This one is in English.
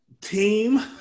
team